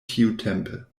tiutempe